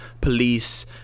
police